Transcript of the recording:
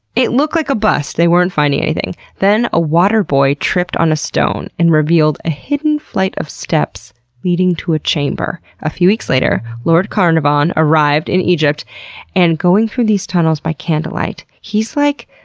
it looked like a bust. they weren't finding anything, then a water-boy tripped on a stone and revealed a hidden flight of steps leading to a chamber. a few weeks later, lord carnarvon arrived in egypt and, going through these tunnels by candlelight he's, like,